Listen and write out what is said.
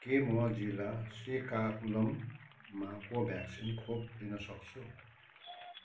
के म जिल्ला श्रीकाकुलममा कोभ्याक्सिन खोप लिन सक्छु